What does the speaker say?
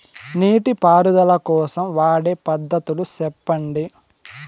నీటి పారుదల కోసం వాడే పద్ధతులు సెప్పండి?